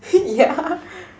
yeah